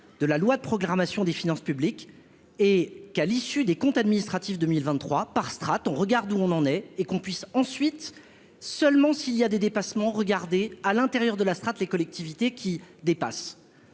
de la loi de programmation des finances publiques et qu'à l'issue des comptes administratifs 2023 par strates, on regarde où on en est et qu'on puisse ensuite seulement s'il y a des dépassements regarder à l'intérieur de la strate les collectivités qui dépasse